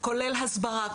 כולל הסברה,